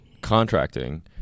contracting